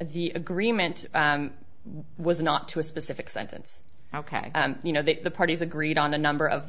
the agreement was not to a specific sentence ok you know that the parties agreed on a number of the